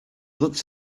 looked